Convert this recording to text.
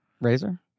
Razor